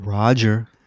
Roger